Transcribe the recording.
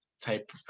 type